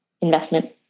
investment